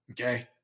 Okay